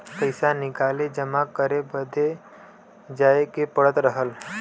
पइसा निकाले जमा करे बदे जाए के पड़त रहल